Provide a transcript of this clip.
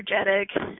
energetic